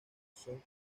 son